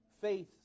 faith